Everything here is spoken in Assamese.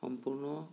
সম্পূৰ্ণ